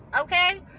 Okay